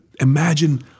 imagine